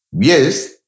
Yes